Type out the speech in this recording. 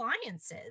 appliances